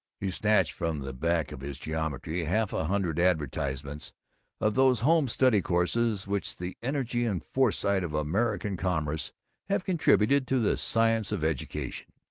he snatched from the back of his geometry half a hundred advertisements of those home-study courses which the energy and foresight of american commerce have contributed to the science of education.